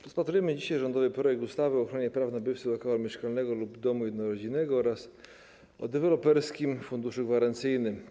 Rozpatrujemy dzisiaj rządowy projekt ustawy o ochronie praw nabywców lokalu mieszkalnego lub domu jednorodzinnego oraz o Deweloperskim Funduszu Gwarancyjnym.